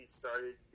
started